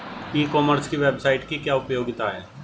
ई commerce की website की क्या उपयोगिता है?